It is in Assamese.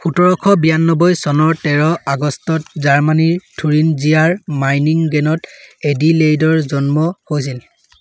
সোতৰশ বিৰানব্বৈ চনৰ তেৰ আগষ্টত জাৰ্মানীৰ থুৰিঞ্জিয়াৰ মাইনিংগেনত এডিলেইডৰ জন্ম হৈছিল